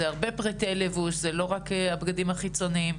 זה הרבה פריטי לבוש ולא רק הבגדים החיצוניים.